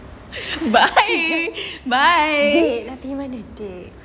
bye bye